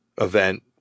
event